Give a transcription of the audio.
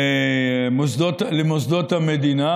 למוסדות המדינה,